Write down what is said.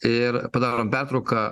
ir padarom pertrauką